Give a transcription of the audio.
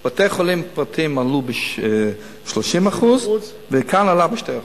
בבתי-חולים פרטיים עלו ב-30% וכאן עלה ב-2%.